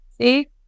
See